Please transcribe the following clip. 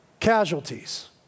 Casualties